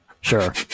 Sure